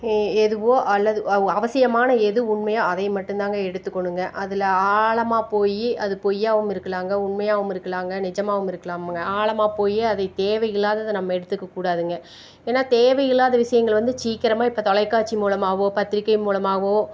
எதுவோ அல்லது அவ் அவசியமான எது உண்மையோ அதைய மட்டும்தாங்க எடுத்துக்கணுங்க அதில் ஆழமாக போய் அது பொய்யாகவும் இருக்கலாங்க உண்மையாகவும் இருக்கலாங்க நிஜமாகவும் இருக்கலாம்ங்க ஆழமாக போய் அதை தேவையில்லாததை நம்ம எடுத்துக்கக்கூடாதுங்க ஏன்னா தேவையில்லாத விஷயங்கள் வந்து சீக்கிரமாக இப்போ தொலைக்காட்சி மூலமாகவோ பத்திரிக்கை மூலமாகவோ